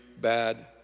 bad